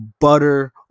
butter